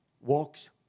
walks